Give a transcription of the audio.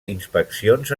inspeccions